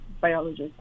biologist